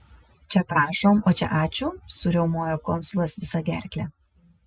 čia prašom o čia ačiū suriaumojo konsulas visa gerkle